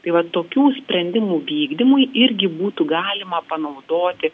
tai vat tokių sprendimų vykdymui irgi būtų galima panaudoti